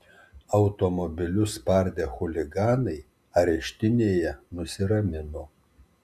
automobilius spardę chuliganai areštinėje nusiramino